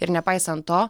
ir nepaisant to